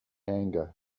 anger